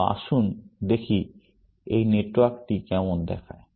তো আসুন দেখি এই নেটওয়ার্কটি কেমন দেখায়